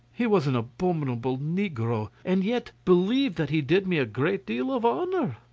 he was an abominable negro, and yet believed that he did me a great deal of honour.